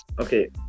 okay